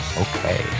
Okay